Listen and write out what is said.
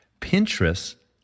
Pinterest